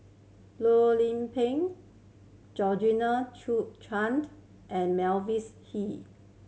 Loh Lik Peng Chen and Mavis Hee